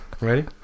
Ready